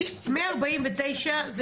--- 149 זה